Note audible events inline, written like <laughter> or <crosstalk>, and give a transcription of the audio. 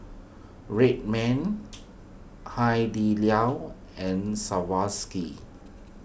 Red Man Hai Di Lao and <unintelligible>